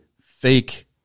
fake